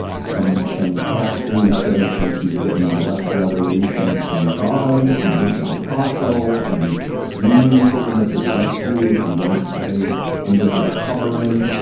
some some pastor who says that he's getting direct revelations from god and he's an apostle and demons are going to possess you if you don't stay under his covering.